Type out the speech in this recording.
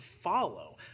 follow